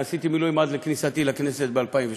עשיתי מילואים עד כניסתי לכנסת ב-2003.